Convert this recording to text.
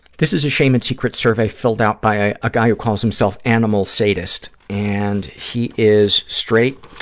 this is a shame and secrets survey filled out by a guy who calls himself animal sadist, and he is straight.